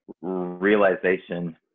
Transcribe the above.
realization